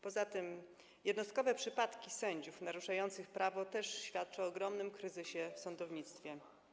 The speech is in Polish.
Poza tym jednostkowe przypadki sędziów naruszających prawo też świadczą o ogromnym kryzysie w sądownictwie.